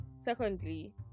Secondly